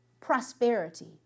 prosperity